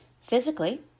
Physically